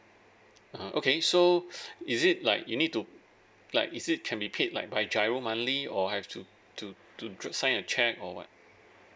uh okay so is it like you need to like is it can be paid like by GIRO monthly or have to to to sign a cheque or what